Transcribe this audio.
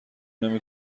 نمی